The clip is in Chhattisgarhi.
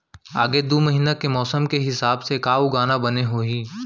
आगे दू महीना के मौसम के हिसाब से का उगाना बने होही?